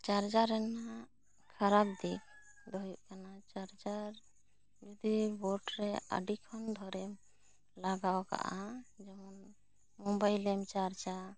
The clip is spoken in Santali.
ᱪᱟᱨᱡᱟᱨ ᱨᱮᱱᱟᱜ ᱠᱷᱟᱨᱟᱵ ᱫᱤᱠ ᱫᱚ ᱦᱩᱭᱩᱜ ᱠᱟᱱᱟ ᱪᱟᱨᱡᱟᱨ ᱡᱩᱫᱤ ᱵᱳᱨᱰ ᱨᱮ ᱟᱹᱰᱤ ᱠᱷᱚᱱ ᱫᱷᱚᱨᱮᱢ ᱞᱟᱜᱟᱣ ᱠᱟᱜᱼᱟ ᱡᱮᱢᱚᱱ ᱢᱳᱵᱟᱭᱤᱞ ᱮᱢ ᱪᱟᱨᱡᱟ